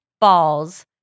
balls